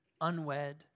unwed